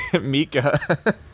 Mika